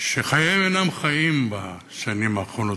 שחייהם אינם חיים בשנים האחרונות,